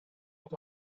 lot